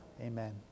Amen